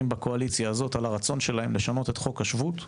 בקואליציה הזאת על הרצון שלהם לשנות את חוק השבות,